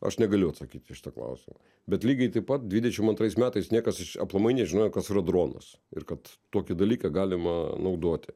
aš negaliu atsakyti į šitą klausimą bet lygiai taip pat dvidešim antrais metais niekas iš aplamai nežinojo kas yra dronas ir kad tokį dalyką galima naudoti